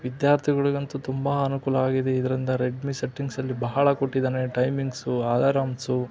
ವಿದ್ಯಾರ್ಥಿಗಳಿಗಂತೂ ತುಂಬ ಅನುಕೂಲ ಆಗಿದೆ ಇದರಿಂದ ರೆಡ್ಮಿ ಸೆಟ್ಟಿಂಗ್ಸಲ್ಲಿ ಬಹಳ ಕೊಟ್ಟಿದ್ದಾನೆ ಟೈಮಿಂಗ್ಸು ಅಲರಾಮ್ಸು